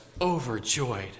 overjoyed